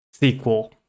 SQL